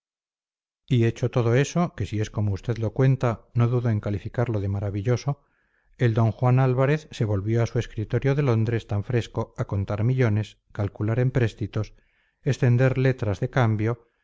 diablo y hecho todo eso que si es como usted lo cuenta no dudo en calificarlo de maravilloso el d juan álvarez se volvió a su escritorio de londres tan fresco a contar millones calcular empréstitos extender letras de cambio